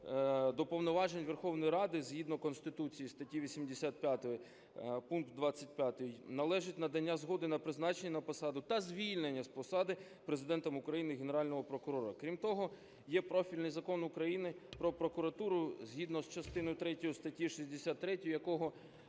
до повноважень Верховної Ради, згідно Конституції статті 85 пункт 25, належить надання згоди на призначення на посаду та звільнення з посади Президентом України Генерального прокурора. Крім того, є профільний Закон України "Про прокуратуру" згідно з частиною третьою статті 63, якого